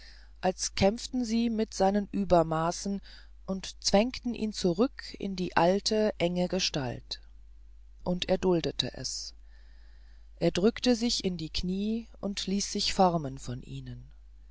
als kämpften sie mit seinen übermaßen und zwängten ihn zurück in die alte enge gestalt und er duldete es er drückte sich in die knie und ließ sich formen von ihnen